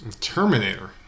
Terminator